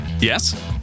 Yes